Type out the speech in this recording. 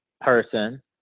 person